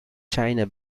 china